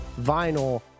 vinyl